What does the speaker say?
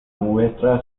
muestra